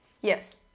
Yes